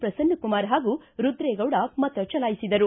ಪ್ರಸನ್ನ ಕುಮಾರ್ ಪಾಗೂ ರುದ್ರೇಗೌಡ ಮತ ಚಲಾಯಿಸಿದರು